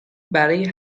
برای